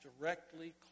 directly